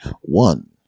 one